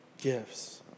gifts